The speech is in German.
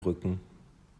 rücken